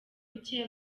buke